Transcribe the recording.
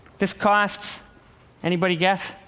this costs anybody guess?